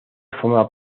forma